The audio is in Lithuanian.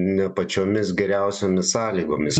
ne pačiomis geriausiomis sąlygomis